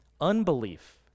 unbelief